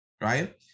right